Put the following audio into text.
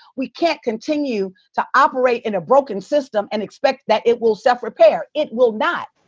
we can't continue to operate in a broken system and expect that it will self-repair. it will not.